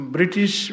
British